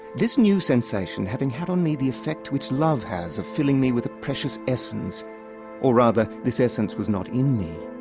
this new sensation, having had on me the effect which love has of filling me with a precious essence or rather this essence was not in me,